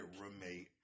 roommate